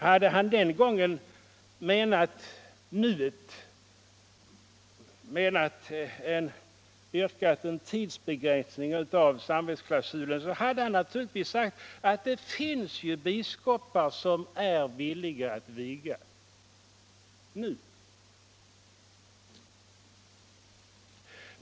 Hade Ragnar Edenman den gången avsett tidsbegränsning av samvetsklausulen hade han naturligtvis sagt att ”det finns ju biskopar som är villiga att viga — nu”.